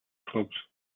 clubs